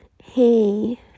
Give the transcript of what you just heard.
hey